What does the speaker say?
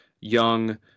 young